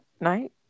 night